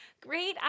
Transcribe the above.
Great